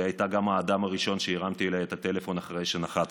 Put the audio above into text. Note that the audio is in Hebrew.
והיא הייתה גם האדם הראשון שהרמתי אליו טלפון אחרי שנחַתי.